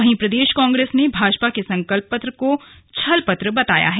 वहीं प्रदेश कांग्रेस ने भाजपा के संकल्प पत्र को छल पत्र बताया है